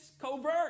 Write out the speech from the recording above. covert